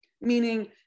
meaning